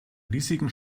riesigen